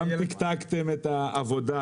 גם תקתקתם את העבודה,